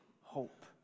hope